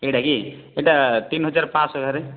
ଏଇଟା କି ଏଇଟା ତିନି ହଜାର ପାଞ୍ଚ ସାରେ